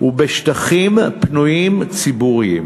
ובשטחים בנויים ציבוריים.